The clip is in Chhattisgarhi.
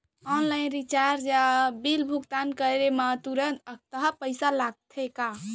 ऑनलाइन रिचार्ज या बिल भुगतान करे मा तुरंत अक्तहा पइसा लागथे का?